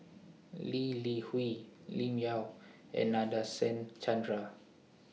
Lee Li Hui Lim Yau and Nadasen Chandra